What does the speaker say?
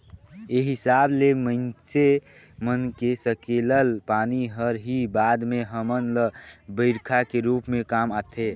ए हिसाब ले माइनसे मन के सकेलल पानी हर ही बाद में हमन ल बईरखा के रूप में काम आथे